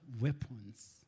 weapons